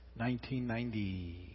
1990